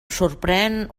sorprèn